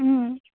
অঁ